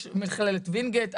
יש את מכללת ווינגיט,